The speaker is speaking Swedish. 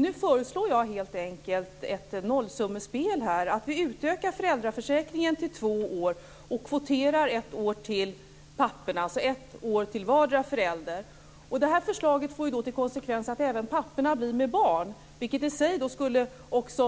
Nu föreslår jag helt enkelt ett nollsummespel, att vi utökar föräldraförsäkringen till två år och kvoterar ett år till papporna, alltså ett år till vardera förälder. Det här förslaget får till konsekvens att även papporna "blir med barn", vilket i sig också skulle